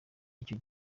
icyo